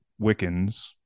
Wiccans